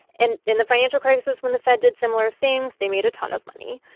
and in the financial crisis when the fed did similar things, they made a ton of money.